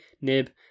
nib